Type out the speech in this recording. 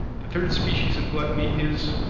the third species of gluttony is,